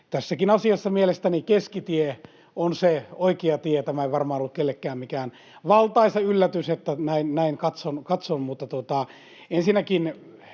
Tässäkin asiassa mielestäni keskitie on se oikea tie. Tämä ei varmaan ollut kellekään mikään valtaisa yllätys, että näin katson.